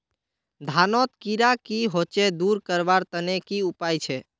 धानोत कीड़ा की होचे दूर करवार तने की उपाय छे?